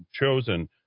chosen